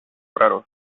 raros